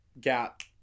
gap